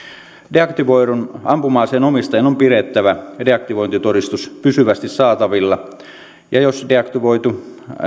deaktivoidun ampuma aseen omistajan on pidettävä deaktivointitodistus pysyvästi saatavilla ja jos deaktivoitu